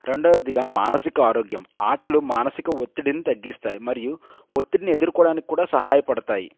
రెండోవదిగా మానసిక ఆరోగ్యం ఆటలు మానసిక ఒత్తిడిని తగ్గిస్తాయి మరియు ఒత్తిడిని ఎదురుకోవడానికి కూడా సహాయపడతాయి